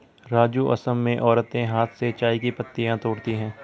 राजू असम में औरतें हाथ से चाय की पत्तियां तोड़ती है